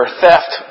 theft